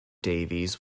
davies